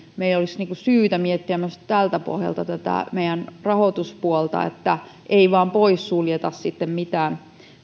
meidän olisi syytä miettiä myös tältä pohjalta tätä meidän rahoituspuoltamme että ei vain poissuljeta sitten mitään